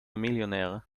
millionaire